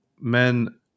men